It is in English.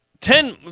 Ten